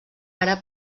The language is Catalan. ara